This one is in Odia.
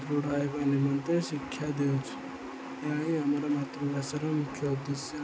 ଦୃଢ଼ ହେବା ନିମନ୍ତେ ଶିକ୍ଷା ଦେଉଛୁ ଏହା ହିଁ ଆମର ମାତୃଭାଷାର ମୁଖ୍ୟ ଉଦ୍ଦେଶ୍ୟ